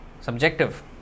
subjective